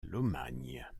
lomagne